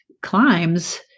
climbs